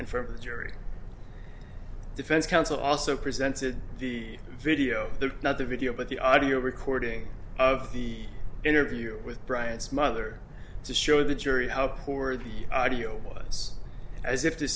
for the jury defense counsel also presented the video the not the video but the audio recording of the interview with bryant's mother to show the jury how poor the audio was as if to